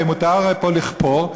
הרי מותר פה לכפור,